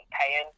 paying